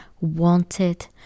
wanted